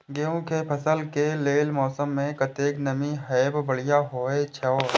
गेंहू के फसल के लेल मौसम में कतेक नमी हैब बढ़िया होए छै?